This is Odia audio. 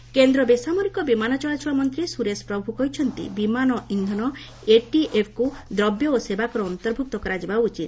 ପ୍ରଭୁ ଏଟିଏଫ୍ କେନ୍ଦ୍ର ବେସାମରିକ ବିମାନ ଚଳାଚଳ ମନ୍ତ୍ରୀ ସୁରେଶ ପ୍ରଭୁ କହିଛନ୍ତି ବିମାନ ଇନ୍ଧନ ଏଟିଏଫ୍କୁ ଦ୍ରବ୍ୟ ଓ ସେବାକର ଅନ୍ତର୍ଭୁକ୍ତ କରାଯିବା ଉଚିତ